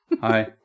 Hi